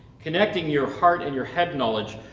connecting your heart and your head knowledge,